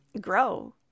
grow